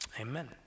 Amen